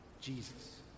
Jesus